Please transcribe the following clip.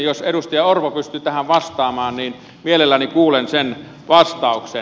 jos edustaja orpo pystyy tähän vastaamaan niin mielelläni kuulen sen vastauksen